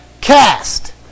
cast